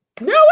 No